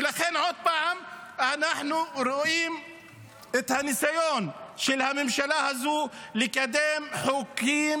ולכן עוד פעם אנחנו רואים את הניסיון של הממשלה הזו לקדם חוקים